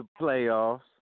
playoffs